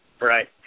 right